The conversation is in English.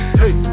hey